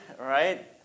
right